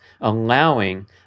allowing